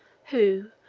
who,